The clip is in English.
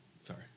Sorry